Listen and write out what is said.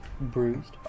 Bruised